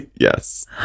Yes